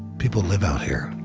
people live out here.